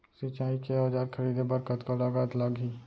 सिंचाई के औजार खरीदे बर कतका लागत लागही?